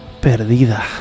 perdida